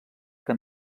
que